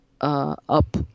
up